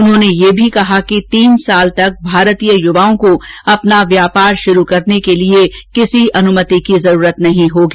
उन्होंने यह भी कहा कि तीन वर्षों तक भारतीय युवाओं को अपना व्यापार शुरू करने के लिए किसी अनुमति की जरूरत नहीं होगी